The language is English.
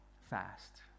fast